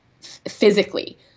physically